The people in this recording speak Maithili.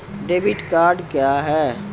डेबिट कार्ड क्या हैं?